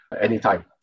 anytime